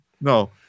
No